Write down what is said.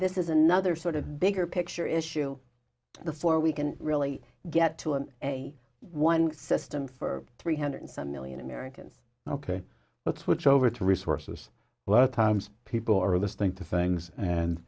this is another sort of bigger picture issue before we can really get to an a one system for three hundred some million americans ok let's switch over to resources where the times people are listening to things and